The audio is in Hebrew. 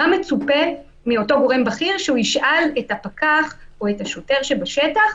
מה מצופה מאותו גורם בכיר שהוא ישאל את הפקח או את השוטר שבשטח,